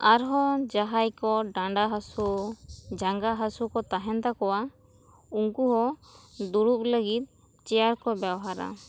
ᱟᱨ ᱦᱚᱸ ᱡᱟᱦᱟᱭ ᱠᱚ ᱰᱟᱸᱰᱟ ᱦᱟᱹᱥᱩ ᱡᱟᱸᱜᱟ ᱦᱟᱹᱥᱩ ᱠᱚ ᱛᱟᱦᱮᱱ ᱛᱟᱠᱚᱣᱟ ᱩᱱᱠᱩ ᱦᱚᱸ ᱫᱩᱲᱩᱵ ᱞᱟᱹᱜᱤᱫ ᱪᱮᱭᱟᱨ ᱠᱚ ᱵᱮᱣᱦᱟᱨᱟ